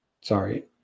Sorry